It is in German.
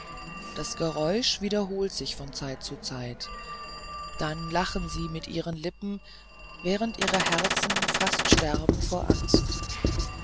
das geräusch wiederholt sich von zeit zu zeit dann lachen sie mit ihren lippen während ihre herzen fast sterben vor angst